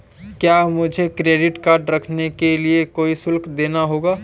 क्या मुझे credit card रखने के लिए कोई शुल्क देना होगा?